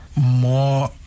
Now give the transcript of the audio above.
more